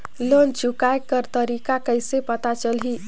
Loan चुकाय कर तारीक कइसे पता चलही?